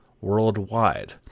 worldwide